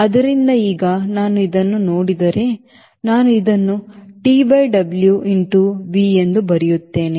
ಆದ್ದರಿಂದ ಈಗ ನಾನು ಇದನ್ನು ನೋಡಿದರೆ ನಾನು ಇದನ್ನು T by W into Vಎಂದು ಬರೆಯುತ್ತೇನೆ